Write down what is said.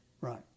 Right